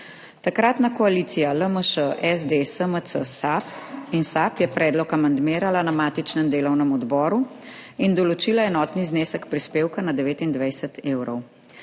Takratna koalicija, LMŠ, SD, SMC in SAB, je predlog amandmirala na matičnem delovnem odboru in določila enotni znesek prispevka na 29 evrov.